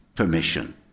permission